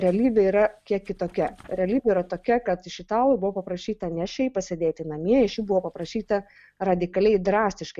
realybė yra kiek kitokia realybė yra tokia kad iš italų buvo paprašyta ne šiaip pasėdėti namie iš jų buvo paprašyta radikaliai drastiškai